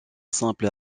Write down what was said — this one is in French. simple